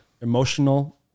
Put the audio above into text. emotional